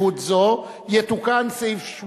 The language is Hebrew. התקשורת וחברי הכנסת כרמל שאמה-הכהן ואלכס מילר לסעיף 13